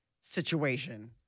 situation